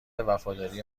وفاداری